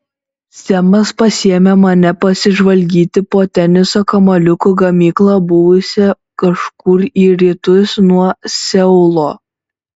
semas pasiėmė mane pasižvalgyti po teniso kamuoliukų gamyklą buvusią kažkur į rytus nuo seulo